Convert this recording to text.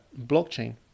blockchain